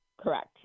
Correct